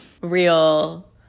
real